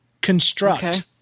Construct